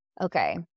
okay